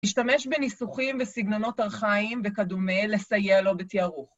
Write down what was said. משתמש בניסוחים וסגנונות ארכאיים וכדומה לסייע לו בתיארוך.